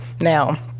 Now